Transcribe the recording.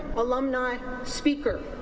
alumna speaker